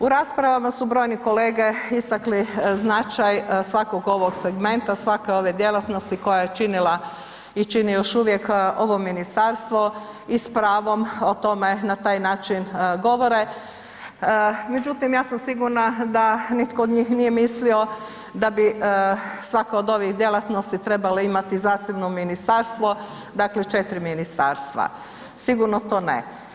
U raspravama su brojni kolege istakli značaj svakog ovog segmenta svake ove djelatnosti koja je činila i čini još uvijek ovo ministarstvo i s pravom o tome na taj način govore, međutim ja sam sigurna da nitko od njih nije mislio da bi svaka od ovih djelatnosti trebala imati zasebno ministarstvo, dakle 4 ministarstva, sigurno to ne.